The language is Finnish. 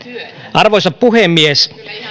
arvoisa puhemies